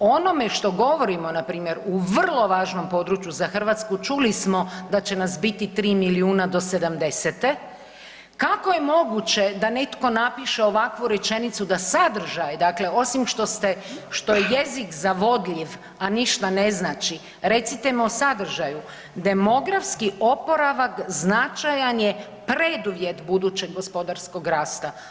O onome što govorimo npr. u vrlo važnom području za Hrvatsku, čuli smo da će nas biti 3 milijuna do '70.-te, kako je moguće da netko napiše ovakvu rečenicu da sadržaj, dakle osim što ste, što je jezik zavodljiv a ništa ne znači, recite mi o sadržaju, demografski oporavak značajan je preduvjet budućeg gospodarskog rasta.